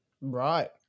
Right